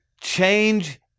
change